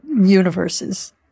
universes